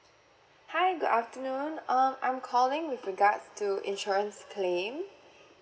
hi good afternoon um I'm calling with regards to insurance claim